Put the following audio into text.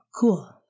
cool